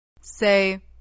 Say